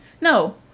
No